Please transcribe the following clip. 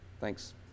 Thanks